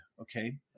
Okay